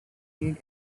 need